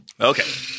Okay